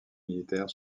militaire